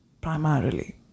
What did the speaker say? primarily